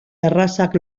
errazak